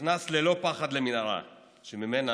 ונכנס ללא פחד למנהרה שממנה